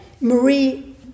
Marie